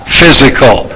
physical